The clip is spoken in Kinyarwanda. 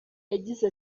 yagize